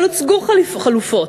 אבל הוצגו חלופות.